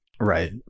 Right